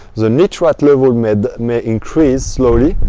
the nitrate level may may increase slowly.